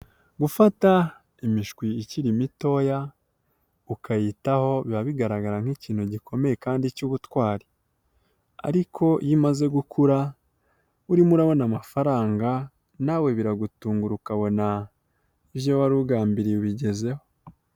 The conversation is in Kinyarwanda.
Gufata imishwi ikiri mitoya ukayitaho biba bigaragara nk'ikintu gikomeye kandi cy'ubutwari, ariko iyo umaze gukura urimo urabona amafaranga nawe biragutungura ukabona ibyo wari ugambiriye ubigezeho.